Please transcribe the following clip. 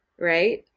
right